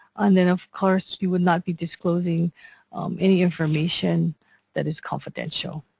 and then of course you would not be disclosing any information that is confidential.